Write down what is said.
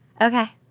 Okay